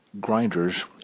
grinders